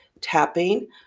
tapping